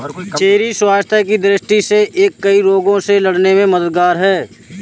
cherry स्वास्थ्य की दृष्टि से यह कई रोगों से लड़ने में मददगार है